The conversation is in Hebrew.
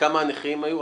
וכמה הנכים היו?